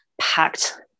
packed